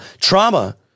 trauma